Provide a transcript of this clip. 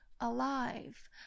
alive